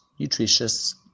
nutritious